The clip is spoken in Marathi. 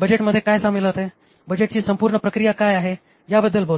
बजेटमध्ये काय सामील होते बजेटची संपूर्ण प्रक्रिया काय आहे याबद्दल बोललो